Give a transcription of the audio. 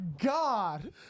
God